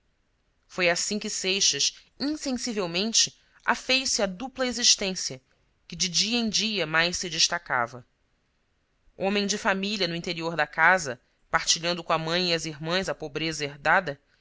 foi assim que seixas insensivelmente afez se à dupla existência que de dia em dia mais se destacava homem de família no interior da casa partilhando com a mãe e as irmãs a pobreza herdada